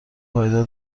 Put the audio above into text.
پایدار